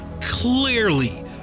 clearly